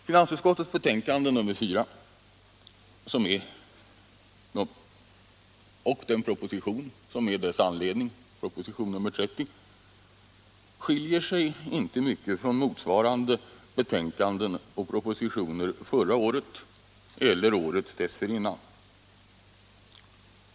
Finansutskottets betänkande nr 4 och den proposition, nr 30, som är dess anledning, skiljer sig inte mycket från motsvarande betänkanden och propositioner förra året eller året dessförinnan.